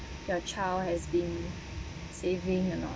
your child has been saving or not